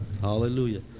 Hallelujah